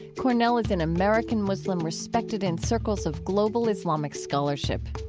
cornell is an american muslim respected in circles of global islamic scholarship.